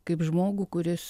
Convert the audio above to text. kaip žmogų kuris